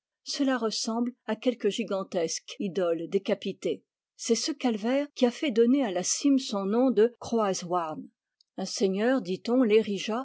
cela ressemble à quelque gigantesque idole décapitée c'est ce calvaire qui a fait donner à la cime son nom de croaz houarn un seigneur dit-on